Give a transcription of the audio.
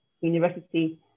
university